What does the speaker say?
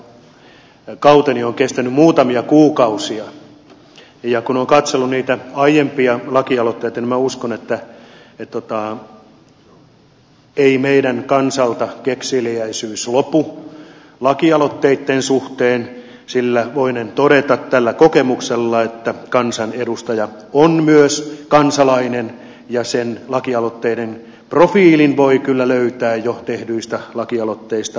minun kansanedustajakauteni on kestänyt muutamia kuukausia ja kun olen katsellut niitä aiempia lakialoitteita niin minä uskon että ei meidän kansaltamme kekseliäisyys lopu lakialoitteitten suhteen sillä voinen todeta tällä kokemuksella että kansanedustaja on myös kansalainen ja sen lakialoitteiden profiilin voi kyllä löytää jo tehdyistä lakialoitteista tästäkin talosta